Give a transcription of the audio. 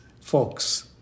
folks